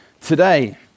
today